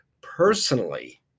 Personally